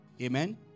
Amen